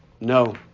No